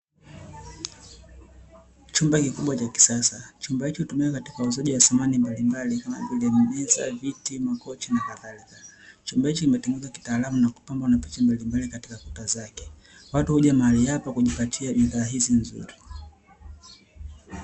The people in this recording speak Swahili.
Chumba kikubwa cha kisasa ambacho hutumika katika uuzaji wa samani mbalimbali kama vile meza, viti, makochi na kadhalika. Chumba hichi kimetengenezwa kitaalamu na kupambwa na picha mbalimbali katika kuta zake. Watu huja mahali hapa kujipatia bidhaa hizi nzuri.